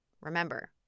remember